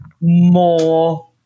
more